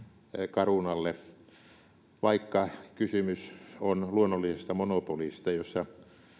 carunalle vaikka kysymys on luonnollisesta monopolista jossa